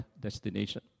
destination